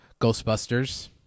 ghostbusters